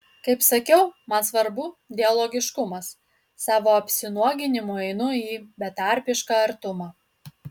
kaip sakiau man svarbu dialogiškumas savo apsinuoginimu einu į betarpišką artumą